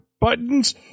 buttons